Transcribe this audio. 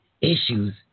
issues